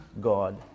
God